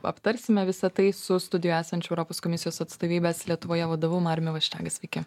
aptarsime visa tai su studijoje esančiu europos komisijos atstovybės lietuvoje vadovu mariumi vaščega sveiki